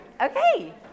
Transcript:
Okay